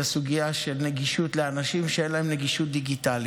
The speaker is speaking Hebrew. הסוגיה של נגישות לאנשים שאין להם נגישות דיגיטלית.